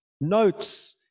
Notes